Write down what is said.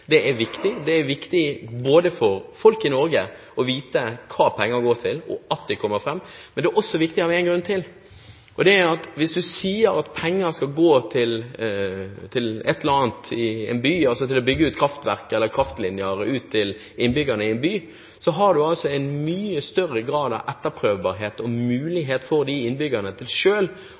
er viktig. For folk i Norge er det viktig å vite både hva pengene går til, og at de kommer fram, men det er også viktig av en annen grunn: Hvis du sier at penger skal gå til et eller annet i en by – til å bygge ut kraftkverk eller kraftlinjer til innbyggerne i en by – så har du en mye større grad av etterprøvbarhet, og det er større mulighet for innbyggerne til